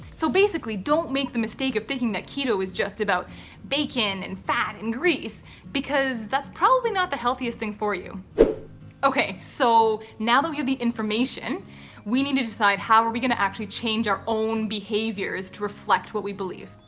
so basically don't make the mistake of thinking that keto is just about bacon and fat and grease because that's probably not the healthiest thing for you okay. so now that we have the information we need to decide how are we gonna actually change our own behaviors to reflect what we believe.